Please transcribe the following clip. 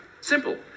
Simple